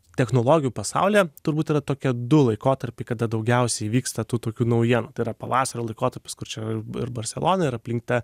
technologijų pasaulyje turbūt yra tokie du laikotarpiai kada daugiausiai vyksta tų tokių naujienų tai yra pavasario laikotarpis kur čia ir barcelona ir aplink tą